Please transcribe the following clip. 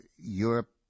Europe